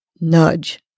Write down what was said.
nudge